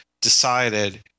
decided